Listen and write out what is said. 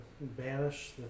banish